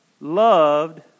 loved